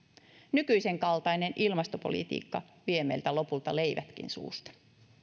nykyisenkaltainen ilmastopolitiikka vie meiltä lopulta leivätkin suusta